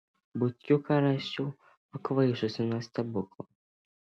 butkiuką rasčiau pakvaišusį nuo stebuklo